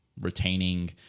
retaining